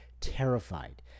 terrified